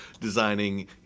designing